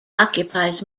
occupies